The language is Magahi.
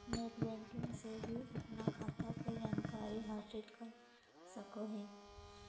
नेट बैंकिंग से भी अपन खाता के जानकारी हासिल कर सकोहिये